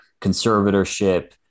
conservatorship